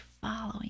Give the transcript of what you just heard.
following